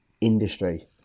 industry